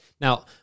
Now